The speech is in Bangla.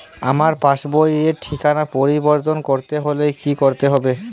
আমার পাসবই র ঠিকানা পরিবর্তন করতে হলে কী করতে হবে?